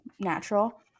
natural